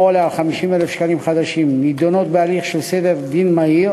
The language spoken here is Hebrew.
עולה על 50,000 שקלים חדשים נדונות בהליך של סדר דין מהיר,